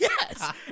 Yes